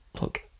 look